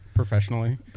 Professionally